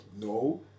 no